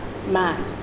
Man